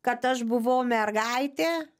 kad aš buvau mergaitė